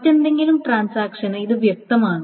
മറ്റേതെങ്കിലും ട്രാൻസാക്ഷനു ഇത് വ്യക്തമാണ്